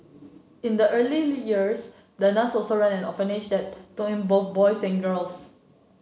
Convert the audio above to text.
in the early years the nuns also ran an orphanage that took in both boys and girls